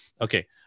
Okay